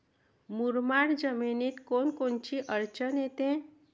मुरमाड जमीनीत कोनकोनची अडचन येते?